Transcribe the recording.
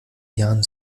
jahren